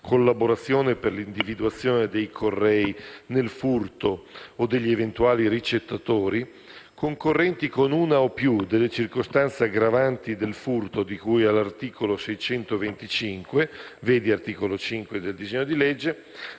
(collaborazione per l'individuazione dei correi nel furto o degli eventuali ricettatori), concorrenti con una o più delle circostanze aggravanti del furto, di cui all'articolo 625 (vedi articolo 5 del disegno di legge),